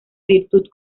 virtud